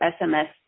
SMS